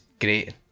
great